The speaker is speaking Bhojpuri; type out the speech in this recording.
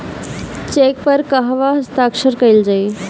चेक पर कहवा हस्ताक्षर कैल जाइ?